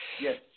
Yes